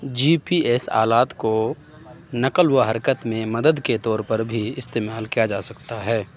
جی P S آلات کو نقل و حرکت میں مدد کے طور پر بھی استعمال کیا جا سکتا ہے